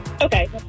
Okay